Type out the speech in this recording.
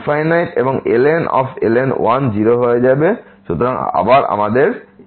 সুতরাং এবং ln 1 0 হয়ে যাবে সুতরাং আবার আমাদের 0×∞ ফর্ম